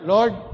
Lord